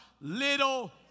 Little